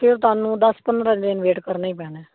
ਤੇ ਤੁਹਾਨੂੰ ਦਸ ਪੰਦਰਾਂ ਦਿਨ ਵੇਟ ਕਰਨੀ ਪੈਣੀ ਹੈ